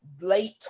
late